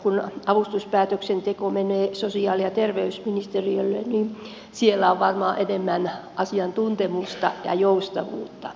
kun avustuspäätöksen teko menee sosiaali ja terveysministeriölle niin siellä on varmaan enemmän asiantuntemusta ja joustavuutta